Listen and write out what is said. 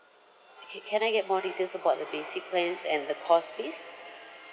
okay can I get more details about the basic plans and the costs please